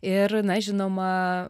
ir na žinoma